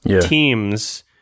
teams